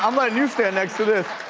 um let you stand next to this.